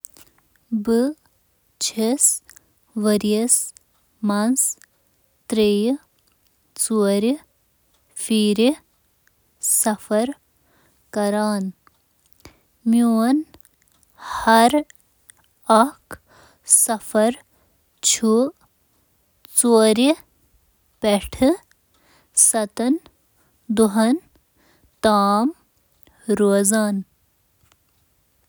بہٕ چُھس أکِس ؤرۍ یَس منٛز ساسہٕ بٔدۍ وقتُک سفر کران۔ یہِ ہیٚکہِ اوسط ٪شیٹھ ٪ بٔنِتھ۔